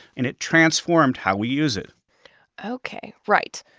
and it transformed how we use it ok. right.